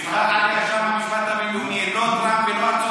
שאנחנו לא ניתן לה לחלוף.